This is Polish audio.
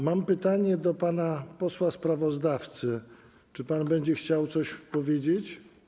Mam pytanie do pana posła sprawozdawcy, czy pan będzie chciał coś powiedzieć.